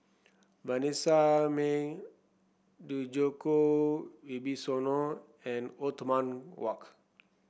Vanessa Mae Djoko Wibisono and Othman Wok